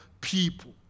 people